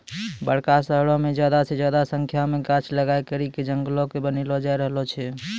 बड़का शहरो मे ज्यादा से ज्यादा संख्या मे गाछ लगाय करि के जंगलो के बनैलो जाय रहलो छै